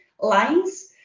lines